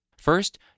First